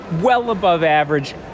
well-above-average